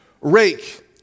Rake